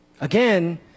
Again